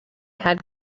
had